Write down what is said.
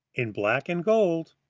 in black and gold,